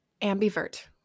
ambivert